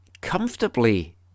comfortably